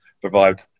provide